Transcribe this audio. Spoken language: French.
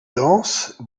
danse